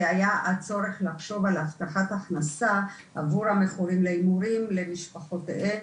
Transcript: זה היה הצורך לחשוב על אבטחת הכנסה עבור המכורים להימורים ולמשפחותיהם.